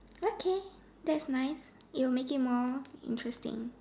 okay that's nice it'll make it more interesting